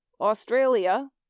Australia